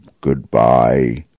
Goodbye